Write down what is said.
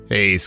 Hey